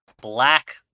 Black